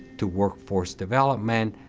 to workforce development,